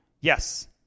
Yes